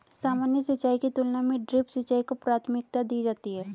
सामान्य सिंचाई की तुलना में ड्रिप सिंचाई को प्राथमिकता दी जाती है